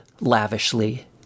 lavishly